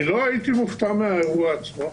אני לא הייתי מופתע מהאירוע עצמו.